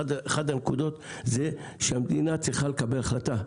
אחת הנקודות היא שהמדינה צריכה לקבל החלטה.